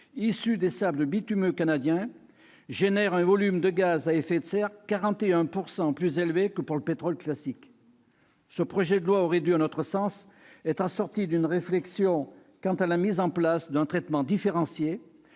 issu des sables bitumineux canadiens génèrent un volume de gaz à effet de serre 41 % plus élevé que pour le pétrole classique. Ce projet de loi aurait dû, à notre sens, être assorti d'une réflexion quant à la mise en place d'un traitement différencié-